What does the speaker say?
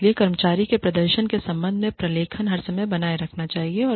इसलिए कर्मचारी के प्रदर्शन के संबंध में प्रलेखन documentation हर समय बनाए रखा जाना चाहिए